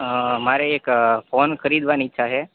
હા મારે એક ફોન ખરીદવાની ઈચ્છા છે